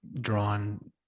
drawn